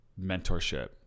Mentorship